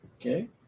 Okay